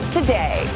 Today